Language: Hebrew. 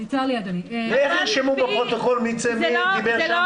איך ירשמו בפרוטוקול מי דיבר שם?